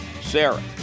Sarah